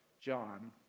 John